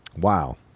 wow